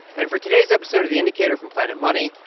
and for today's episode of the indicator from planet money,